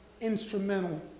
instrumental